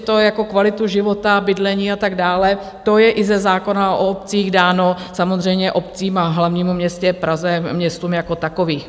O kvalitu života, bydlení a tak dále, to je i ze zákona o obcích dáno samozřejmě obcím a hlavnímu městu Praze a městům jako takovým.